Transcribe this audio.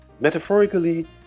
Metaphorically